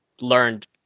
learned